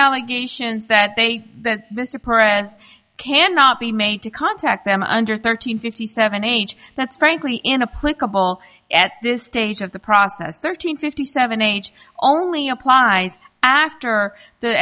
allegations that they that mr press cannot be made to contact them under thirteen fifty seven age that's frankly in a political at this stage of the process thirteen fifty seven h only applies after the